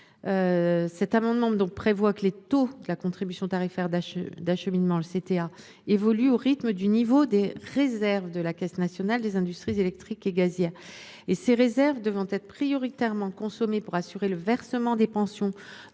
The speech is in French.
? L’amendement n° 905 vise à ce que les taux de la contribution tarifaire d’acheminement évoluent au rythme du niveau des réserves de la Caisse nationale des industries électriques et gazières. Ces réserves doivent être prioritairement consommées pour assurer le versement des pensions